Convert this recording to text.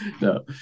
No